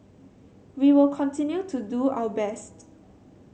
we will continue to do our best